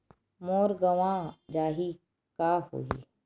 मोर गंवा जाहि का होही?